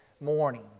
morning